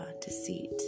deceit